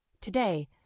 Today